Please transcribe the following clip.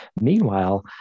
Meanwhile